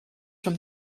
from